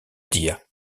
dire